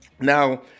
Now